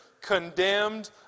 condemned